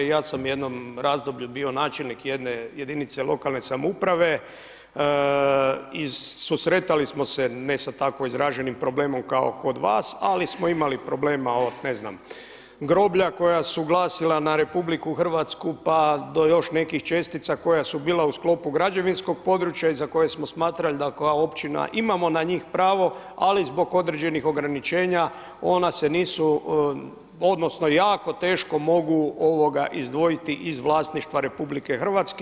Ja sam u jednom razdoblju bio načelnik jedne jedinice lokalne samouprave i susretali smo se, ne sa tako izraženim problemom kao kod vas, ali smo imali problema od ne znam groblja, koja su glasila na RH, pa do još nekih čestica koja su bila u sklopu građevinskog područja i za koje smo smatrali da kao općina imamo na njih pravo, ali zbog određenih ograničenja ona se nisu odnosno, jako teško mogu izdvojiti iz vlasništva RH.